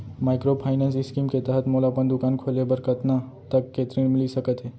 Microfinance scheme के तहत मोला अपन दुकान खोले बर कतना तक के ऋण मिलिस सकत हे?